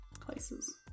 places